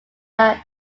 data